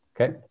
Okay